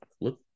look